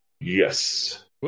Yes